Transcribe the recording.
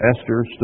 Esther